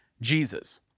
Jesus